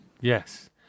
yes